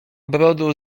brodu